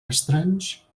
estranys